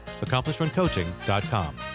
AccomplishmentCoaching.com